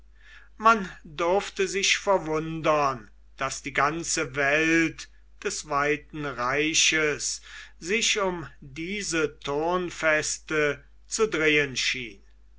man durfte sich verwundern daß die ganze welt des weiten reiches sich um diese turnfeste zu drehen schien